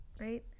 Right